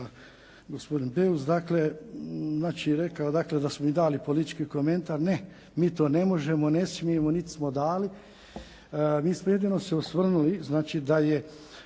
gospodin Beus je rekao da smo mi dali politički komentar, ne, mi to ne možemo, ne smijemo niti smo dali. Mi smo jedino se osvrnuli znači da je